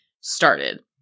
started